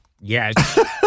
Yes